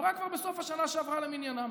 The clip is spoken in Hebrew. עברה כבר בסוף השנה שעברה למניינם,